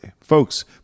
Folks